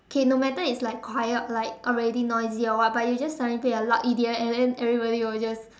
okay no matter it's like quiet or like already noisy or what but you just suddenly play a loud E_D_M and then everybody will just